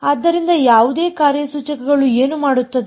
ಆದ್ದರಿಂದ ಯಾವುದೇ ಕಾರ್ಯಸೂಚಕಗಳು ಏನು ಮಾಡುತ್ತದೆ